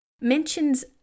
mentions